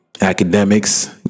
academics